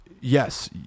Yes